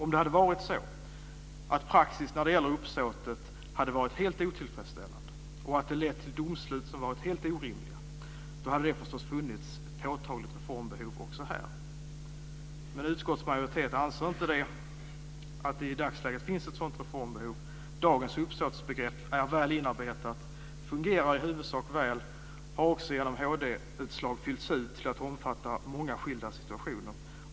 Om praxis när det gäller uppsåtsbegreppet hade varit helt otillfredsställande och att det lett till domslut som varit helt orimliga hade det förstås funnits ett påtagligt reformbehov också här. Men utskottsmajoriteten anser inte att det i dagsläget finns ett sådant reformbehov. Dagens uppsåtsbegrepp är väl inarbetat, fungerar i huvudsak väl och har också genom HD-utslag fyllts ut till att omfatta många skilda situationer.